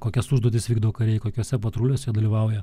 kokias užduotis vykdo kariai kokiuose patruliuose dalyvauja